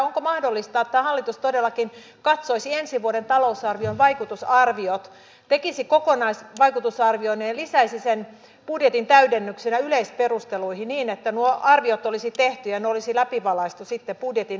onko mahdollista että hallitus todellakin katsoisi ensi vuoden talousarvion vaikutusarviot tekisi kokonaisvaikutusarvion ja lisäisi sen budjetin täydennyksenä yleisperusteluihin niin että nuo arviot olisi tehty ja ne olisi läpivalaistu sitten budjetin yleisperusteluissa